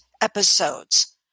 episodes